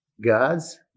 gas